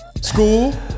School